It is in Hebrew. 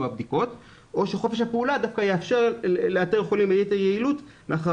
הבדיקות או שחופש הפעולה דווקא יאפשר לאתר חולים ביתר יעילות מאחר